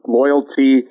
loyalty